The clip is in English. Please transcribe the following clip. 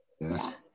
Yes